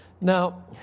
Now